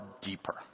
deeper